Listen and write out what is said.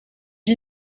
you